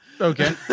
Okay